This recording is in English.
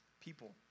people